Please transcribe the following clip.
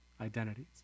identities